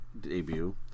debut